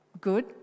Good